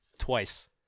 twice